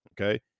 okay